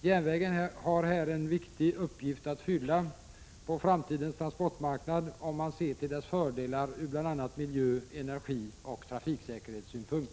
Järnvägen har här en viktig uppgift att fylla på framtidens transportmarknad om man ser till dess fördelar ur bl.a. miljö-, energioch trafiksäkerhetssynpunkt.